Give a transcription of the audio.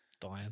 dying